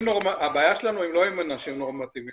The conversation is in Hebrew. - שהבעיה שלנו היא לא עם אנשים נורמטיביים